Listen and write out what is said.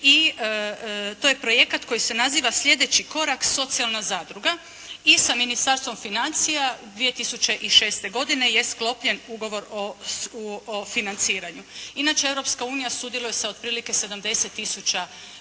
i to je projekat koji se naziva slijedeći korak socijalna zadruga i sa Ministarstvom financija 2006. godine je sklopljen ugovor o financiranju. Inače, Europska unija sudjeluje sa otprilike 70000